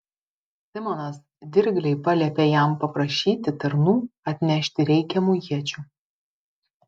simonas dirgliai paliepė jam paprašyti tarnų atnešti reikiamų iečių